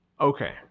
Okay